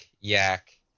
Yak